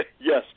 Yes